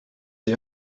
die